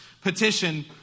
petition